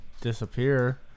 disappear